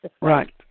Right